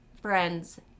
friends